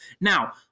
Now